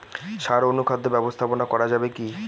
সাড় ও অনুখাদ্য ব্যবস্থাপনা করা যাবে কি?